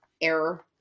error